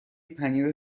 پنیر